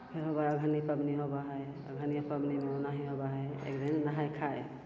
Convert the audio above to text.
फेरो हौबै अगहनी पबनी होबै हइ अगहनिओ पबनीमे ओनाहि होबै हइ एक दिन नहाइ खाइ